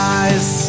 eyes